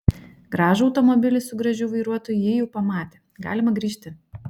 gražų automobilį su gražiu vairuotoju ji jau pamatė galima grįžti